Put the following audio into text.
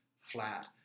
flat